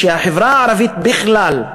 שהחברה הערבית בכלל,